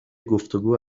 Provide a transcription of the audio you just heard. گفتگو